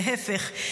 להפך,